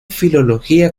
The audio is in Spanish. filología